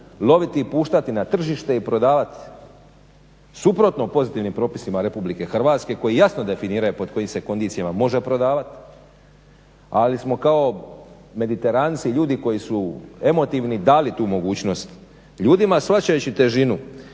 loviti i puštati na tržište i prodavati suprotno pozitivnim propisima Republike Hrvatske koji jasno definiraju pod kojim se kondicijama može prodavati. Ali smo kao mediteranci, ljudi koji su emotivni dali tu mogućnost ljudima shvaćajući težinu.